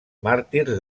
màrtirs